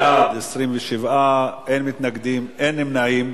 בעד, 27, אין מתנגדים, אין נמנעים.